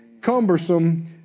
cumbersome